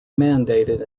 mandated